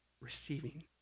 Receiving